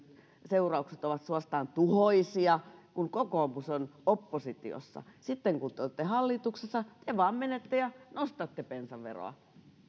seuraukset ovat suorastaan tuhoisia kun kokoomus on oppositiossa ja sitten kun te olette hallituksessa te vaan menette ja nostatte bensaveroa eli silloin ne